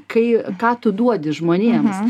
kai ką tu duodi žmonėms